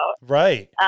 Right